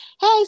Hey